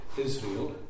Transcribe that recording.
Israel